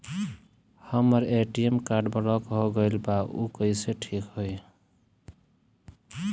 हमर ATM card block हो गईल बा ऊ कईसे ठिक होई?